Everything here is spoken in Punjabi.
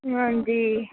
ਹਾਂਜੀ